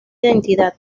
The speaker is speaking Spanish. identidad